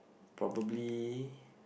probably